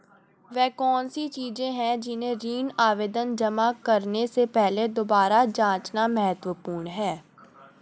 वे कौन सी चीजें हैं जिन्हें ऋण आवेदन जमा करने से पहले दोबारा जांचना महत्वपूर्ण है?